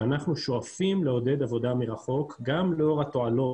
שאנחנו שואפים לעודד עבודה מרחוק גם לאור התועלות